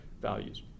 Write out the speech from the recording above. values